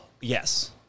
Yes